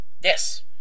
Yes